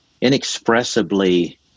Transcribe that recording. inexpressibly